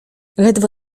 ledwo